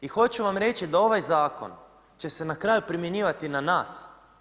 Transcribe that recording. I hoću vam reći da ovaj Zakon će se na kraju primjenjivati i na nas.